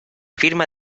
firma